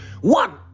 One